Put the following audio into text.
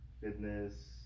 fitness